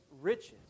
riches